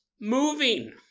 moving